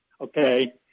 okay